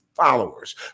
followers